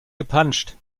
gepanscht